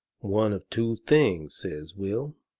one of two things? says will.